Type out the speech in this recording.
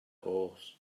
horse